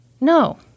no